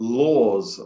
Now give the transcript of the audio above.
laws